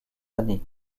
années